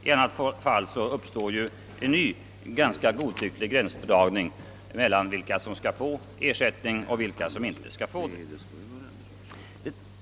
I annat fall uppstår en ny godtycklig gränsdragning mellan dem som kan få hjälp och dem som inte kan få det.